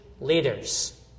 leaders